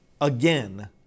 again